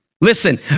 Listen